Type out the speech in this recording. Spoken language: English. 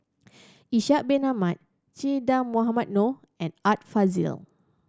Ishak Bin Ahmad Che Dah Mohamed Noor and Art Fazil